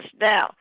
Now